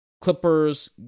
Clippers